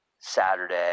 Saturday